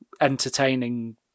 entertaining